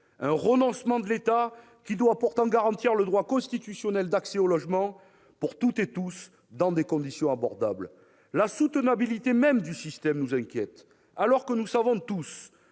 d'un renoncement de l'État, lequel doit pourtant garantir le droit constitutionnel d'accès au logement pour toutes et tous dans des conditions abordables. La soutenabilité même du système nous inquiète, alors que nous savons tous